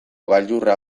gailurra